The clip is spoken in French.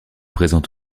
présente